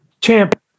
Champ